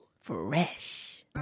Fresh